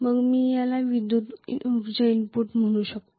मग मी याला विद्युत उर्जा इनपुट असे म्हणू शकतो